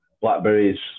blackberries